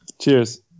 Cheers